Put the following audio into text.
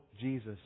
Jesus